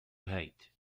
hate